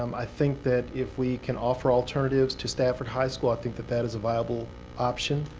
um i think that if we can offer alternatives to stafford high school, i think that that is a viable option.